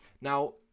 now